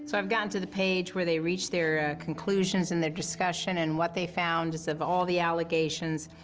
so i've gotten to the page where they reached their conclusions and their discussion and what they found is, of all the allegations,